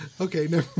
okay